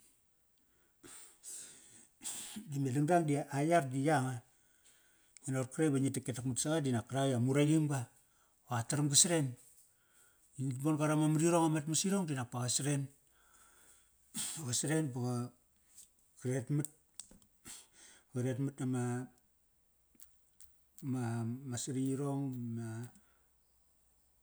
Dime dangdang di a, a yar di yanga, ngia naqot karak i ngi tak e takmat saqa dinak karak ak i a muraqim ga. Ba qa taram ga saren va ngin bon ga rama mar irong amat mas irong di nak pa qa saren. qa saren ba qa, ka retmat. Qa retmat nama, ma, ma, saratk irong ma.